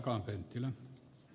arvoisa puhemies